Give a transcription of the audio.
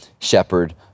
Shepard